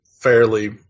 fairly